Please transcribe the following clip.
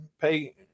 pay